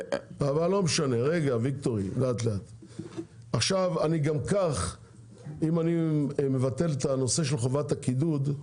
אם אני מבטל את הנושא של חובת הקידוד,